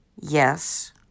yes